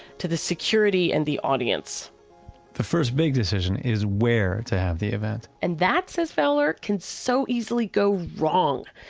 to the security and the audience the first big decision is where to have the event and that, says fowler, can so easily go wrong.